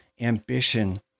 ambition